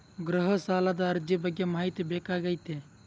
ಗೃಹ ಸಾಲದ ಅರ್ಜಿ ಬಗ್ಗೆ ಮಾಹಿತಿ ಬೇಕಾಗೈತಿ?